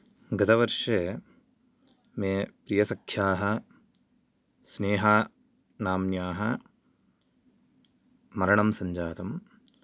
गतवर्षे मे प्रियसख्याः स्नेहानाम्न्याः मरणं सञ्जातं